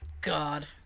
God